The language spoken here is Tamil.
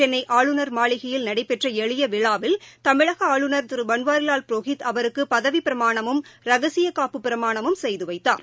சென்னை ஆளுநர் மாளிகையில் நடைபெற்ற எளிய விழாவில் தமிழக ஆளுநர் திரு பன்வாரிலால் புரோஹித் அவருக்கு பதவிப் பிரமாணமும் ரகசியக் காப்பு பிரமாணமும் செய்து வைத்தார்